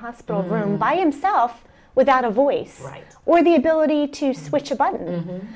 hospital room by himself without a voice right or the ability to switch a button